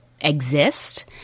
exist